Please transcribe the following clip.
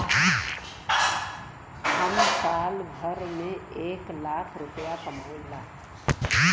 हम साल भर में एक लाख रूपया कमाई ला